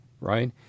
right